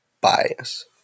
bias